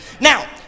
Now